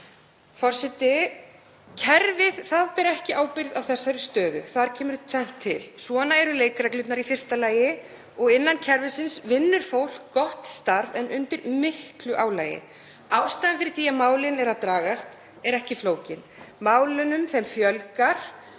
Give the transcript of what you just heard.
ber ekki ábyrgð á þessari stöðu. Þar kemur tvennt til. Svona eru leikreglurnar í fyrsta lagi og innan kerfisins vinnur fólk gott starf en undir miklu álagi. Ástæðan fyrir því að málin dragast er ekki flókin. Málunum fjölgar,